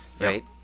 right